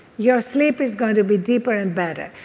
your sleep is going to be deeper and better.